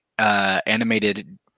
Animated